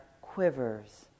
quivers